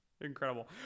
incredible